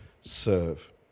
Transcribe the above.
serve